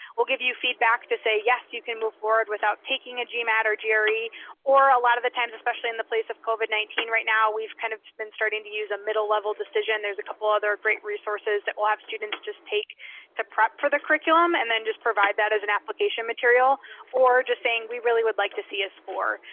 we'll give you feedback to say, yes, you can move forward without taking a gmat or gre or a lot of the times, especially in the place of covid nineteen, right now we've kind of been starting to use a middle-level decision. there's a couple other great resources that we'll have students just take to prep for the curriculum. and then just provide that as an application material or just saying, we really would like to see a score.